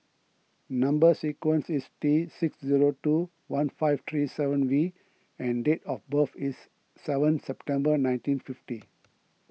Number Sequence is T six zero two one five three seven V and date of birth is seventh September nineteen fifty